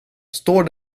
står